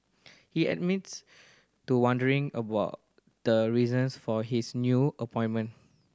he admits to wondering about the reasons for his new appointment